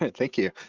and thank you.